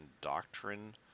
doctrine